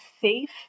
safe